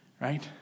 right